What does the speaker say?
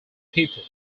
people